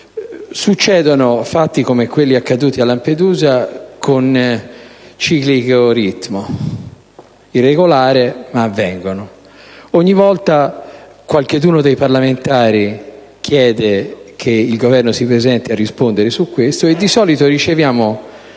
succedono fatti come quelli accaduti a Lampedusa con ciclico ritmo, irregolare, ma avvengono; ogni volta qualcheduno dei parlamentari chiede che il Governo si presenti a rispondere su questo, e di solito riceviamo